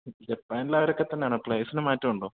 ജപ്പാനൊലെ അവരൊക്കെ തന്നെ ആണോ പ്ലെയേഴ്സിന് മാറ്റമുണ്ടോ